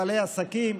בעלי עסקים,